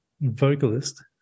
vocalist